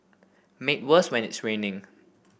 made worse when it's raining